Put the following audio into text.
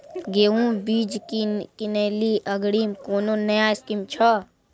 गेहूँ बीज की किनैली अग्रिम कोनो नया स्कीम छ?